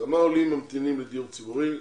כמה עולים ממתינים לדיור ציבורי?